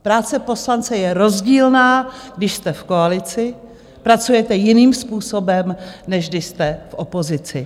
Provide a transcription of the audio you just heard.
Práce poslance je rozdílná, když jste v koalici, pracujete jiným způsobem, než když jste v opozici.